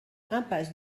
impasse